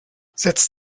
setz